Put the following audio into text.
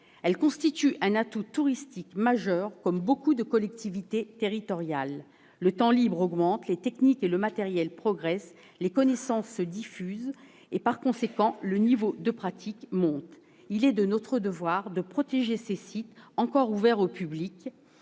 constituent un atout touristique majeur, comme dans beaucoup de collectivités territoriales. Le temps libre s'accroît, les techniques et le matériel progressent, les connaissances se diffusent et, par conséquent, le niveau de pratique augmente. Il est de notre devoir de protéger ces sites encore ouverts au public,